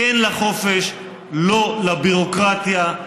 כן לחופש, לא לביורוקרטיה.